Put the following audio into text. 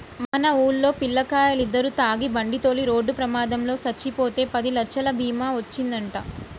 మన వూల్లో పిల్లకాయలిద్దరు తాగి బండితోలి రోడ్డు ప్రమాదంలో సచ్చిపోతే పదిలచ్చలు బీమా ఒచ్చిందంట